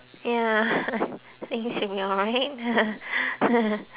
ya it should be alright